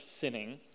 sinning